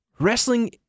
Wrestling